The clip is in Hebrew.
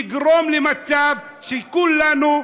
זה יגרום למצב שכולנו,